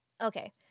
okay